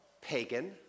pagan